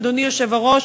אדוני היושב-ראש,